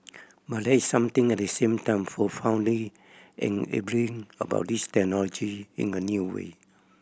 but there is something at the same time profoundly enabling about these technology in a new way